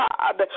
God